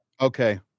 Okay